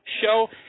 show